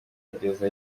kugeza